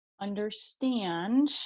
understand